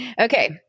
Okay